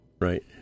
Right